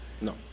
No